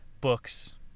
books